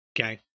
Okay